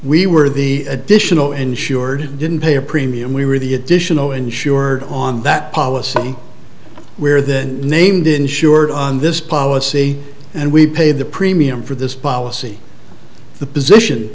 we were the additional insured didn't pay a premium we were the additional insured on that policy where that named insured on this policy and we paid the premium for this policy the position